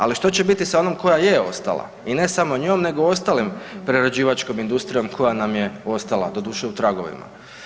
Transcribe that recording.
Ali što će biti s onom koja je ostala i ne samo njom nego ostalom prerađivačkom industrijom koja nam je ostala doduše u tragovima?